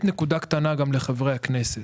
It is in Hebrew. נקודה קטנה לחברי הכנסת.